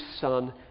son